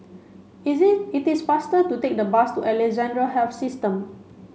is it it is faster to take the bus to Alexandra Health System